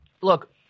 look